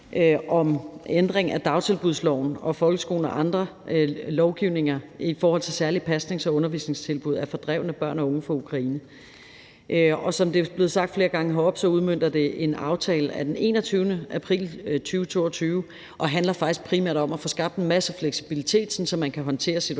om ændring af dagtilbudsloven og folkeskoleloven og andre lovgivninger i forhold til særlige pasnings- og undervisningstilbud til fordrevne børne og unge fra Ukraine. Som det er blevet sagt flere gange heroppe, udmønter det en aftale af den 21. april 2022, og det handler faktisk primært om at få skabt en massiv fleksibilitet, så man kan håndtere situationen